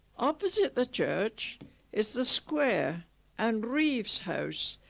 opposite the church is the square and reeves house,